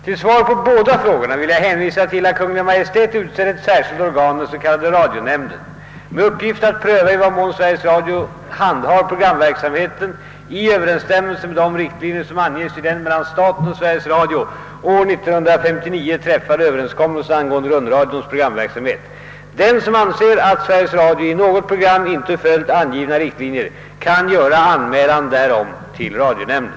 Till svar på båda frågorna vill jag hänvisa till att Kungl. Maj:t utsett ett särskilt organ, den s.k. radionämnden, med uppgift att pröva i vad mån Sveriges Radio handhar programverksamheten i överensstämmelse med de riktlinjer, som anges i den mellan staten och Sveriges Radio år 1959 träffade överenskommelsen angående rundradions programverksamhet. Den som anser, att Sveriges Radio i något program inte följt angivna riktlinjer, kan göra anmälan därom till radionämnden.